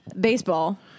baseball